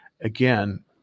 again